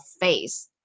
face